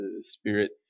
spirit